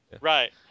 Right